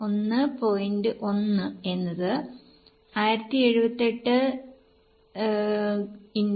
1 എന്നത് 1878 x 1